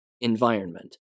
environment